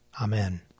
Amen